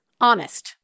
honest